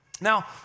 Now